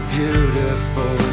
beautiful